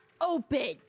open